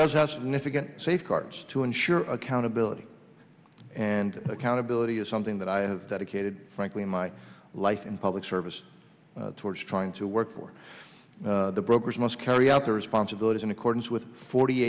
does has significant safeguards to ensure accountability and accountability is something that i have dedicated frankly in my life in public service towards trying to work for the brokers must carry out their responsibilities in accordance with forty